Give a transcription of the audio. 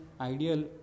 ideal